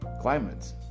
climate